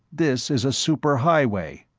this is a superhighway.